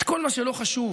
את כל מה שלא חשוב,